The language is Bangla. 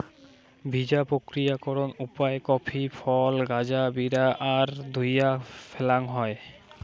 ভিজা প্রক্রিয়াকরণ উপায় কফি ফল গাঁজা বিরা আর ধুইয়া ফ্যালাং হই